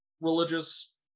religious